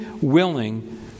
willing